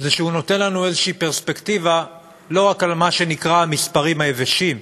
זה שהוא נותן לנו איזושהי פרספקטיבה לא רק על מה שנקרא המספרים היבשים,